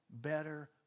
Better